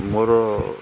ମୋର